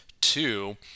Two